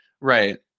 Right